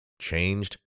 changed